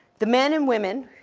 the men and women,